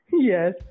yes